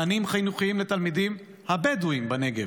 מענים חינוכיים לתלמידים הבדואים בנגב,